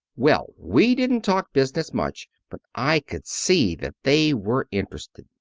well, we didn't talk business much. but i could see that they were interested.